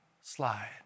slide